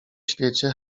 świecie